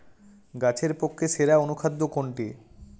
গাছের পক্ষে সেরা অনুখাদ্য কোনটি?